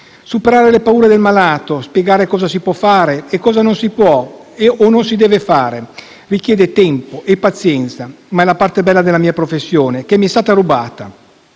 Superare le paure del malato, spiegare cosa si può fare e cosa non si può o non si deve fare richiede tempo e pazienza, ma è la parte bella della mia professione, che mi è stata rubata.